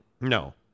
No